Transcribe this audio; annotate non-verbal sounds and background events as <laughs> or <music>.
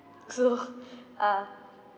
so <laughs> uh